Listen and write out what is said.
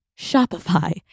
Shopify